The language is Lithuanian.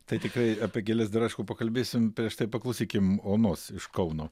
tai tikrai apie gėles dar aišku pakalbėsim prieš tai paklausykim onos iš kauno